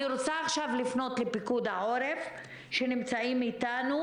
אני רוצה עכשיו לפנות לנציגי פיקוד העורף שנמצאים איתנו.